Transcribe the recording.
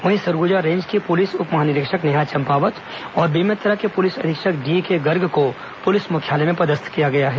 वहीं सरगुजा रेंज की पुलिस उपमहानिरीक्षक नेहा चंपावत और बेमेतरा के पुलिस अधीक्षक डीके गर्ग को पुलिस मुख्यालय में पदस्थ किया गया है